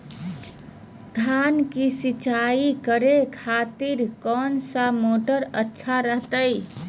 धान की सिंचाई करे खातिर कौन मोटर अच्छा रहतय?